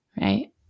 Right